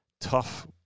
tough